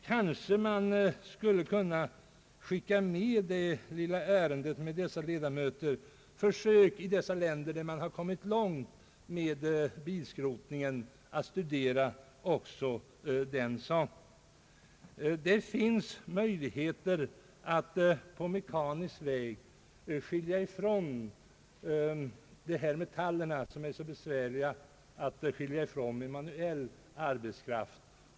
Kanske kunde man denna gång också sända med detta lilla ärende: Försök att studera bilskrotningen i dessa länder, där man kommit långt i fråga om att lösa dessa problem. Det finns möjligheter att på maskinell väg skilja de metaller från varandra som är nödvändigt, vilket visat sig så besvärligt på manuell väg.